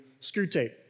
Screwtape